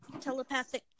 telepathic